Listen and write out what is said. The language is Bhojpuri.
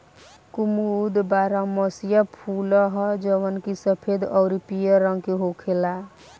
कुमुद बारहमसीया फूल ह जवन की सफेद अउरी पियर रंग के होखेला